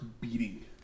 beating